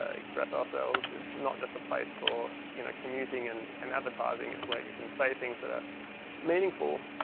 ah express ourselves. it's not just a place for you know commuting and and advertising. it's where you can say things that are meaningful.